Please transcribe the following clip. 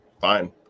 fine